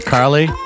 Carly